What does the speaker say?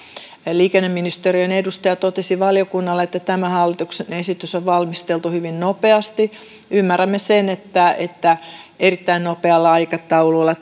liikenneministeriön edustaja totesi valiokunnalle että tämä hallituksen esitys on valmisteltu hyvin nopeasti ymmärrämme sen että että nopealla aikataululla